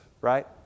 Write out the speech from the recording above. right